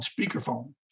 speakerphone